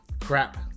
Crap